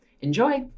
Enjoy